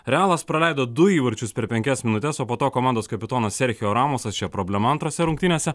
realas praleido du įvarčius per penkias minutes o po to komandos kapitonas serchio ramusas šia problema antrose rungtynėse